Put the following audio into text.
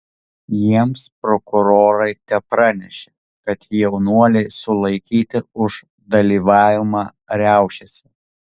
jiems prokurorai tepranešė kad jaunuoliai sulaikyti už dalyvavimą riaušėse